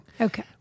Okay